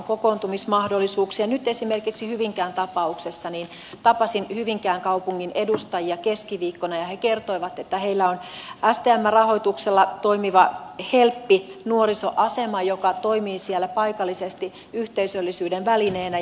nyt esimerkiksi hyvinkään tapauksessa tapasin hyvinkään kaupungin edustajia keskiviikkona ja he kertoivat että heillä on stmn rahoituksella toimiva helppi nuorisoasema joka toimii siellä paikallisesti yhteisöllisyyden välineenä